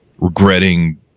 regretting